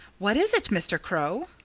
what is it, mr. crow?